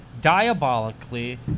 diabolically